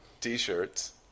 t-shirts